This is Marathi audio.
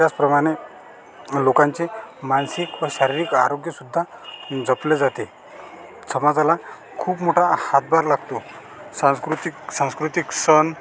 त्याचप्रमाणे लोकांचे मानसिक व शारीरिक आरोग्य सुद्धा जपले जाते समाजाला खूप मोठा हातभार लागतो सांस्कृतिक सांस्कृतिक सण